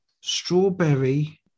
Strawberry